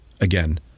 again